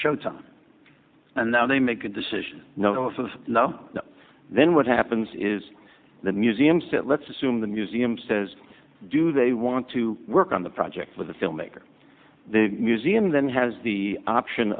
showtime and now they make a decision no it's of no then what happens is the museums that let's assume the museum says do they want to work on the project with the filmmaker the museum then has the option